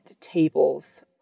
tables